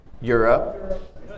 Europe